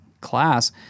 class